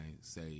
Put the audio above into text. say